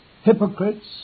hypocrites